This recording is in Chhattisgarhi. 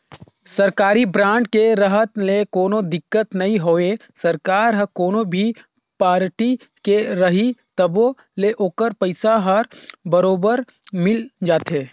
सरकारी बांड के रहत ले कोनो दिक्कत नई होवे सरकार हर कोनो भी पारटी के रही तभो ले ओखर पइसा हर बरोबर मिल जाथे